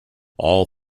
all